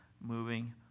moving